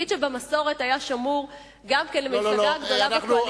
תפקיד שבמסורת היה שמור גם הוא למפלגה הגדולה בקואליציה.